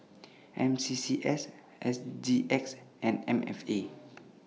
M C C S S G X and M F A